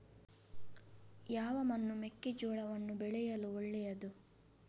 ಯಾವ ಮಣ್ಣು ಮೆಕ್ಕೆಜೋಳವನ್ನು ಬೆಳೆಯಲು ಒಳ್ಳೆಯದು?